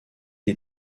été